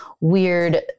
weird